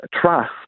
trust